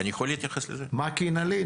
מה כי נלין?